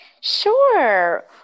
Sure